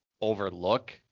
overlook